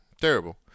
Terrible